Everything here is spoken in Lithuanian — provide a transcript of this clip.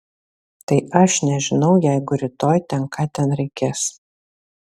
tai aš nežinau jeigu rytoj ten ką ten reikės